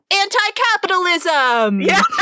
Anti-capitalism